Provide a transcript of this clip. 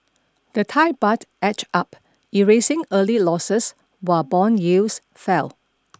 the Thai baht edged up erasing early losses while bond yields fell